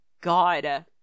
God